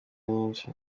nyinshi